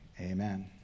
amen